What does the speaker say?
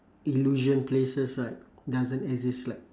illusion places like doesn't exist like